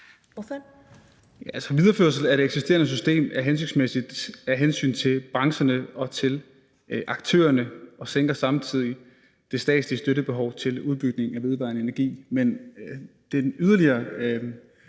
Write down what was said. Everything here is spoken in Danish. (S): En videreførelse af det eksisterende system er hensigtsmæssigt af hensyn til brancherne og til aktørerne og sænker samtidig det statslige støttebehov til udbygning af vedvarende energi. I forhold til de yderligere